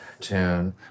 tune